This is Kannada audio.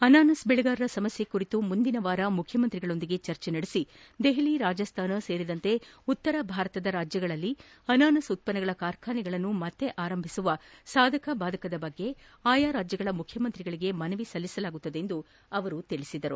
ಅನಾನಸ್ ಬೆಳೆಗಾರರ ಸಮಸ್ತ ಕುರಿತು ಮುಂದಿನವಾರ ಮುಖ್ಶಮಂತ್ರಿ ಅವರೊಂದಿಗೆ ಚರ್ಚೆ ನಡೆಸಿ ದೆಹಲಿ ರಾಜಸ್ತಾನ ಸೇರಿದಂತೆ ಉತ್ತರ ಭಾರತದ ರಾಜ್ಯಗಳಲ್ಲಿನ ಅನಾನಸ್ ಉತ್ತನ್ನಗಳ ಕಾರ್ಖಾನೆಗಳನ್ನು ಮನರಾರಂಭಿಸುವ ಸಾಧಕ ಬಾಧಕ ಕುರಿತು ಆಯಾ ರಾಜ್ಯಗಳ ಮುಖ್ಯಮಂತ್ರಿಗಳಿಗೆ ಮನವಿ ಸಲ್ಲಿಸಲಾಗುವುದು ಎಂದು ಅವರು ತಿಳಿಸಿದರು